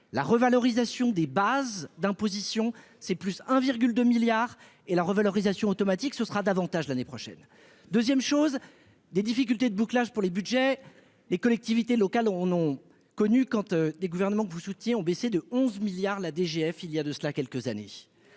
la revalorisation des bases d'imposition, c'est plus un virgule 2 milliards et la revalorisation automatique, ce sera davantage l'année prochaine 2ème chose des difficultés de bouclage pour les Budgets des collectivités locales on ont connu quand tu des gouvernement que vous souteniez ont baissé de 11 milliards la DGF il y a de cela quelques années,